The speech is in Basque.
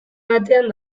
batean